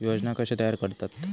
योजना कशे तयार करतात?